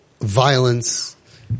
violence